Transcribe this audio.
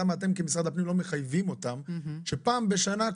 למה אתם כמשרד הפנים לא מחייבים אותן שפעם בשנה,